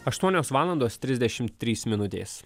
aštuonios valandos trisdešimt trys minutės